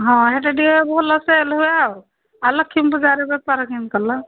ହଁ ଏଇଠି ଟିକେ ଭଲ ସେଲ୍ ହୁଏ ଆଉ ଆଉ ଲକ୍ଷ୍ମୀ ପୂଜାରେ ବେପାର କେମିତି କଲ